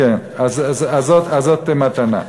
כן, אז זאת מתנה.